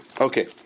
Okay